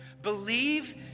Believe